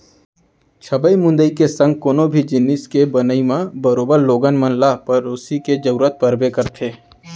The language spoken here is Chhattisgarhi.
छबई मुंदई के संग कोनो भी जिनिस के बनई म बरोबर लोगन मन ल पेरोसी के जरूरत परबे करथे